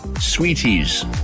sweeties